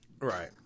Right